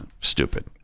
stupid